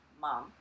mom